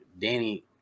Danny